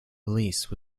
release